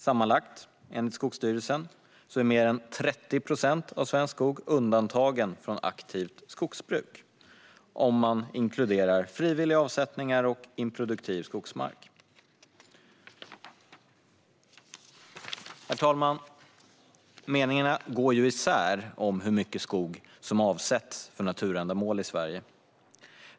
Sammanlagt, enligt Skogsstyrelsen, är mer än 30 procent av svensk skog undantagen från aktivt skogsbruk, om man inkluderar frivilliga avsättningar och improduktiv skogsmark. Herr talman! Meningarna går isär om hur mycket skog som avsätts för naturändamål i Sverige.